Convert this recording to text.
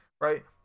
right